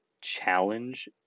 challenge